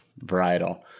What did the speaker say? varietal